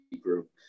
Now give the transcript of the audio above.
group